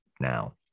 now